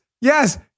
yes